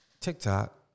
TikTok